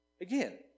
Again